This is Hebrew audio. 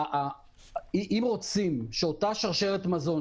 אם רוצים שאותה שרשרת מזון,